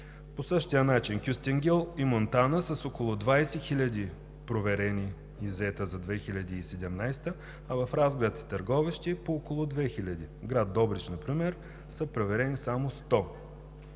По същия начин Кюстендил и Монтана са с около 20 хиляди проверени ИЗ-ета за 2017 г., а в Разград и Търговище – по около две хиляди. В град Добрич например са проверени само 100.